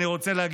תודה רבה, סימון.